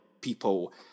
people